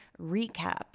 recap